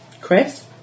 Chris